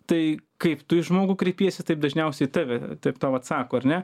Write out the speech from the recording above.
tai kaip tu į žmogų kreipiesi taip dažniausiai tave taip tau atsako ar ne